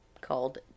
called